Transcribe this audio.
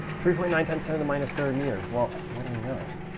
three point nine times ten to the minus third meters well, what do we know?